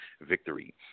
victory